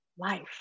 Life